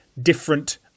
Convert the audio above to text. different